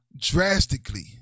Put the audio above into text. drastically